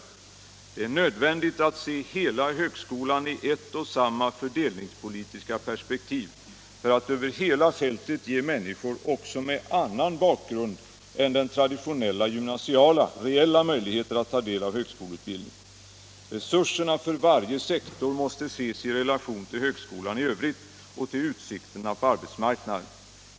Det är nödvändigt att se hela högskolan i ett och samma fördelningspolitiska perspektiv för att över hela fältet ge människor också med annan bakgrund än den traditionella gymnasiala reella möjligheter att ta del av högskoleutbildningen. Resurserna för varje sektor måste ses i relation till högskolan i övrigt och till utsikterna på arbetsmarknaden.